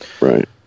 right